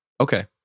Okay